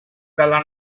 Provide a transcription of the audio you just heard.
dalla